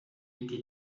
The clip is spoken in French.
été